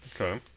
Okay